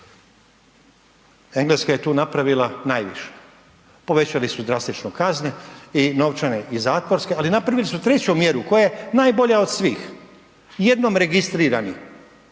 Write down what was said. Engleska je tu napravila najviše, povećali su drastično kazne i novčane i zatvorske, ali napravili su treću mjeru koja je najbolja od svih, jednom registrirani